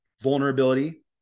vulnerability